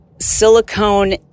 silicone